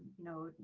know,